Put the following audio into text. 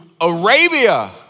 Arabia